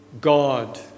God